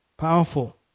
powerful